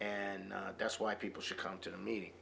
and that's why people should come to the meeting